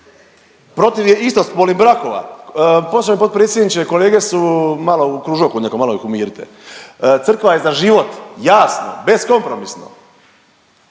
protiv je istospolnih brakova. Poštovani potpredsjedniče, kolege su malo u kružoku nekom, malo ih umirite. Crkva je za život jasno beskompromisno,